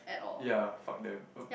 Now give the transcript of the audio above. ya fuck them oh